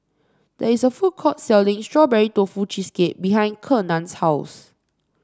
there is a food court selling Strawberry Tofu Cheesecake behind Kenan's house